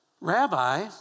Rabbi